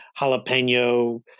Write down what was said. jalapeno